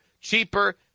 cheaper